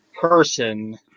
person